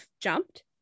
jumped